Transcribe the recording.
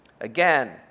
Again